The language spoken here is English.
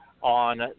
on